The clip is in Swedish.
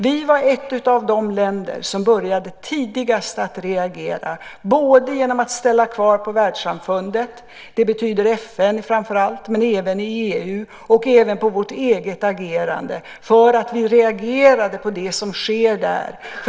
Vi var ett av de länder som tidigast började att reagera både genom att ställa krav på världssamfundet, det betyder framför allt FN men även EU, och på vårt eget agerande. Vi reagerade på det som sker där.